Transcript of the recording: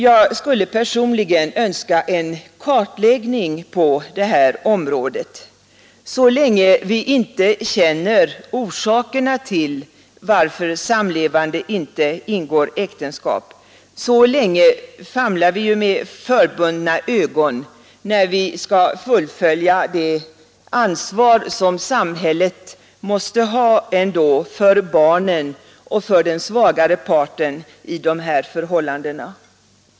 Jag skulle personligen önska en kartläggning på detta område. Så länge vi inte känner orsakerna till att samlevande inte ingår äktenskap, så länge famlar vi med förbundna ögon när vi skall fullgöra det ansvar som samhället måste ha för barnen och den svagare parten i dessa förhållanden.